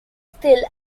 still